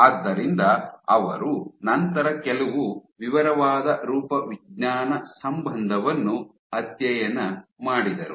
ಆದ್ದರಿಂದ ಅವರು ನಂತರ ಕೆಲವು ವಿವರವಾದ ರೂಪವಿಜ್ಞಾನ ಸಂಬಂಧವನ್ನು ಅಧ್ಯಯನ ಮಾಡಿದರು